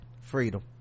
freedom